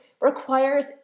requires